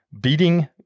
beating